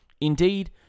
Indeed